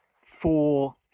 four